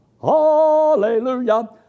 hallelujah